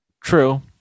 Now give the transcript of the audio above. True